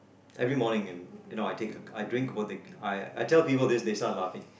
every morning in you know I take I drink for the I I tell people this they start laughing